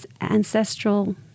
ancestral